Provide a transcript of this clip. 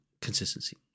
consistency